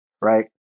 right